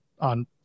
on